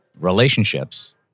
relationships